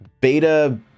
Beta